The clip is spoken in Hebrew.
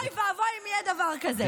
אוי ואבוי אם יהיה דבר כזה.